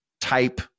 type